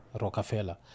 Rockefeller